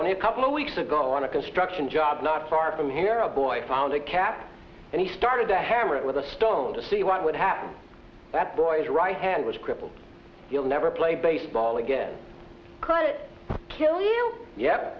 own a couple weeks ago on a construction job not far from here a boy found a cab and he started to hammer it with a stone to see what would happen that boy's right hand was crippled you'll never play baseball again